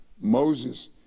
Moses